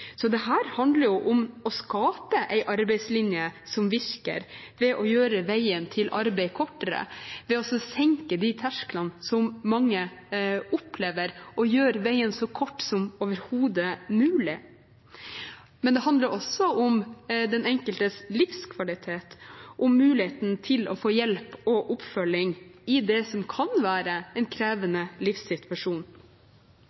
så kort som overhodet mulig. Men det handler også om den enkeltes livskvalitet og muligheten til å få hjelp og oppfølging i det som kan være en